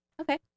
Okay